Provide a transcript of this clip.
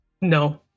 no